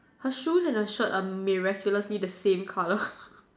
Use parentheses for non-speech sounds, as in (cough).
her shoes and her shirt are miraculously the same colour (breath)